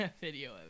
Video